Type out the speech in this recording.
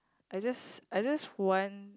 I just I just want